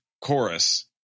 chorus